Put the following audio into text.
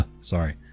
Sorry